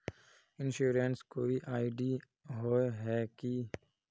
Insurance कोई ID होय है की?